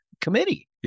committee